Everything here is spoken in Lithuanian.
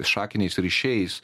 šakiniais ryšiais